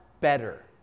better